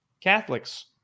Catholics